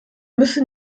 müssen